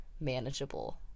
manageable